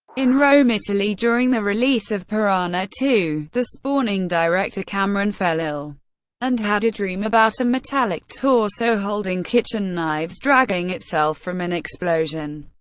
in rome, italy, during the release of piranha ii the spawning, director cameron fell ill and had a dream about a metallic torso holding kitchen knives dragging itself from an explosion.